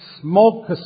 smoke